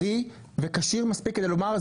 בריא וכשיר מספיק כדי לומר,